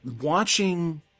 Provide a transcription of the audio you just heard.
watching